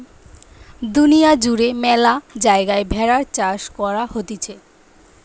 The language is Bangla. দুনিয়া জুড়ে ম্যালা জায়গায় ভেড়ার চাষ করা হতিছে